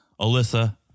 Alyssa